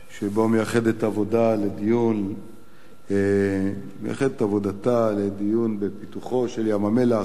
שבו מייחדת הכנסת את עבודתה לדיון בפיתוחו של ים-המלח,